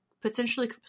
potentially